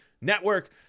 network